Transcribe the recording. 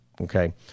okay